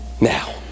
Now